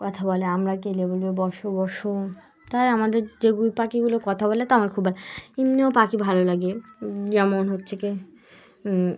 কথা বলে আমরা কেবল বলবে বসো বসো তাই আমাদের যেগুলো পাখিগুলো কথা বলে তো আমার খুব ভালো এমনিও পাখি ভালো লাগে যেমন হচ্ছে কি